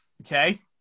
okay